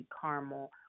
caramel